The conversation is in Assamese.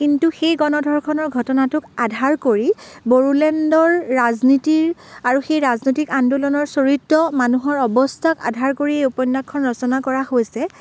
কিন্তু সেই গণধৰ্ষণৰ ঘটনাটোক আধাৰ কৰি বড়োলেণ্ডৰ ৰাজনীতিৰ আৰু সেই ৰাজনীতিক আন্দোলনৰ চৰিত্ৰ মানুহৰ অৱস্থাক আধাৰ কৰি এই উপন্যাসখন ৰচনা কৰা হৈছে